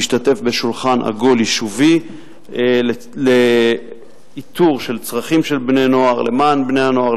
להשתתף בשולחן עגול יישובי לאיתור של צרכים של בני-נוער למען בני-הנוער,